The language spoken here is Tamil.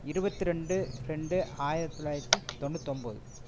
இருபத்ரெண்டு ரெண்டு ஆயிரத்தி தொள்ளாயிரத்தி தொண்ணூத்தொம்பது